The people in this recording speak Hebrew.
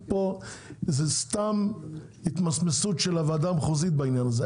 זו סתם התמסמסות של הוועדה המחוזית בעניין הזה.